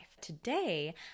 Today